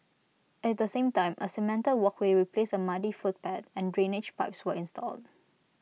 at the same time A cemented walkway replaced A muddy footpath and drainage pipes were installed